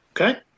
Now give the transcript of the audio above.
Okay